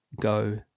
go